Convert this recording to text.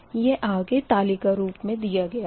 यह आगे तालिका रूप मे दिया गया है